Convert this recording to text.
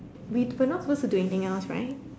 we not suppose to do anything else right